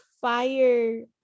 fire